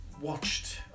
watched